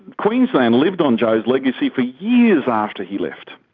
queensland lived on joh's legacy for years after he left.